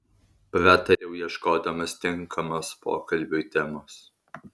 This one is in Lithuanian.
pratariau ieškodamas tinkamos pokalbiui temos